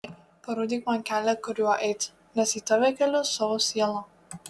parodyk man kelią kuriuo eiti nes į tave keliu savo sielą